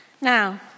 Now